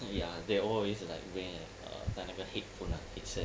ya they all always like wear uh 带那个 headphone uh headset